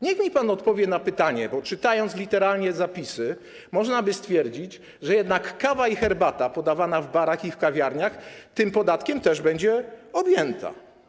Niech mi pan odpowie na pytanie, bo czytając literalnie zapisy, można by stwierdzić, że jednak kawa i herbata podawane w barach i kawiarniach tym podatkiem też będą objęte.